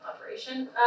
operation